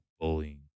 bullying